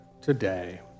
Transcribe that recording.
today